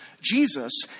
Jesus